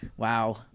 Wow